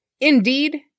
Indeed